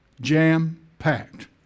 jam-packed